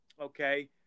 okay